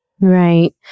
Right